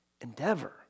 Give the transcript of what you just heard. endeavor